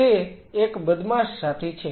તે એક બદમાશ સાથી છે